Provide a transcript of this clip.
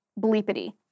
bleepity